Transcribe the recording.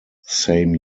same